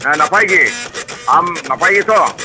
ᱦᱮᱸ ᱱᱟᱯᱟᱭᱜᱤ ᱟᱢ ᱱᱟᱯᱟᱭ ᱜᱮᱛᱚ